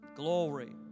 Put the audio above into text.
Glory